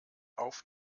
auf